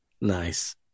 Nice